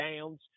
downs